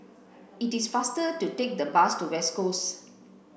it is faster to take the bus to West Coast